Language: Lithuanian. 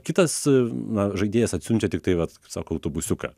kitas na žaidėjas atsiunčia tik tai vat sako autobusiuką